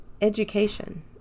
education